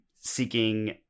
seeking